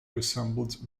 resembled